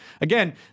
Again